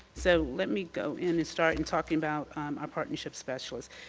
so let me go in and start and talking about partnership specialists.